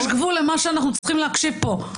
יש גבול למה שאנחנו צריכים להקשיב פה,